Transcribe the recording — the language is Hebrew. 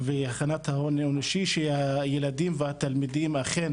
והכנת ההון האנושי שהילדים והתלמידים אכן